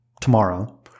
tomorrow